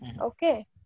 Okay